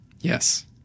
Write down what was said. Yes